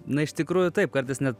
na iš tikrųjų taip kartais net